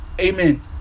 Amen